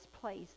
place